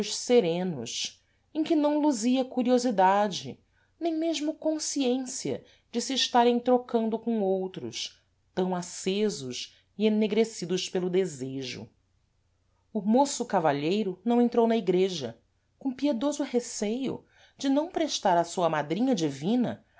serenos em que não luzia curiosidade nem mesmo consciência de se estarem trocando com outros tam acesos e ennegrecidos pelo desejo o môço cavalheiro não entrou na igreja com piedoso receio de não prestar à sua madrinha divina